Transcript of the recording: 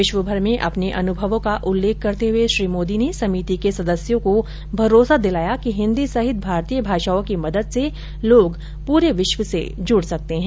विश्व भर में अपने अनुभवों का उल्लेख करते हुए श्री मोदी ने समिति के सदस्यों को भरोसा दिलाया कि हिन्दी सहित भारतीय भाषाओं की मदद से लोग पूरे विश्व से जुड़ सकते हैं